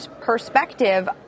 perspective